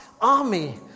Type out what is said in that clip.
army